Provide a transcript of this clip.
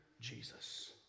Jesus